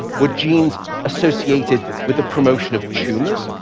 were genes associated with the promotion of tumors,